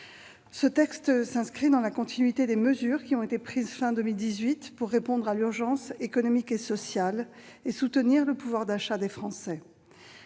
Ce texte s'inscrit dans la continuité des mesures adoptées à la fin de l'année dernière pour répondre à l'urgence économique et sociale et soutenir le pouvoir d'achat des Français.